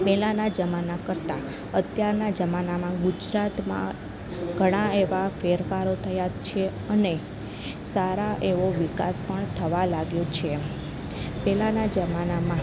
પહેલાંના જમાના કરતાં અત્યારના જમાનામાં ગુજરાતમાં ઘણાં એવાં ફેરફારો થયાં છે અને સારો એવો વિકાસ પણ થવા લાગ્યો છે પહેલાંના જમાનામાં